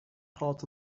part